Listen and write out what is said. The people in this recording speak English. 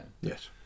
yes